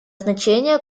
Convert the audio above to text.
значение